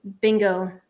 bingo